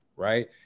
Right